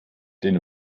den